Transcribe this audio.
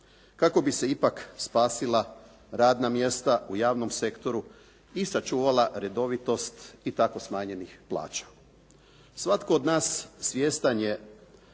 kako bi se ipak spasila radna mjesta u javnom sektoru i sačuvala redovitost i tako smanjenih plaća. Svatko od nas svjestan je